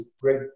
great